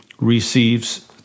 receives